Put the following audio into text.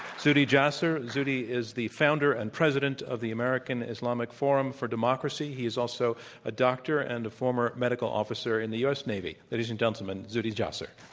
zuhdi jasser. zuhdi is the founder and president of the american islamic forum for democracy. he is also a doctor and a former medical officer in the u. s. navy. ladies and gentlemen, zuhdi jasser.